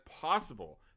possible